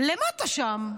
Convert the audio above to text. למה אתה שם,